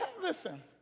Listen